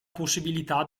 possibilità